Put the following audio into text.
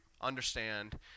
understand